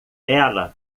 ela